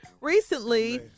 Recently